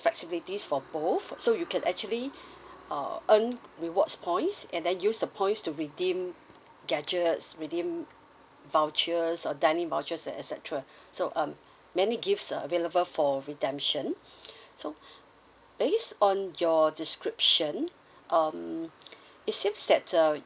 flexibilities for both so you can actually uh earn rewards points and then use the points to redeem gadgets redeem vouchers or dining vouchers and et cetera so um many gifts uh available for redemption so based on your description um it seems that uh